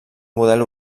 model